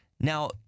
Now